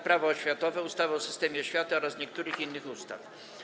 Prawo oświatowe, ustawy o systemie oświaty oraz niektórych innych ustaw.